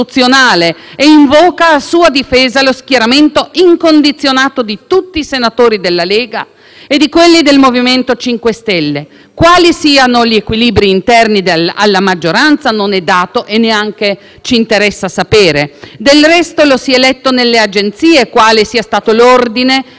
e di quelli del MoVimento 5 Stelle. Quali siano gli equilibri interni alla maggioranza non è dato e neanche ci interessa sapere. Del resto, lo si è letto nelle agenzie quale sia stato l'ordine dato ai senatori del MoVimento 5 Stelle, che siedono qui privati della libertà di votare secondo la propria coscienza.